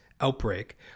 Outbreak